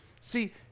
see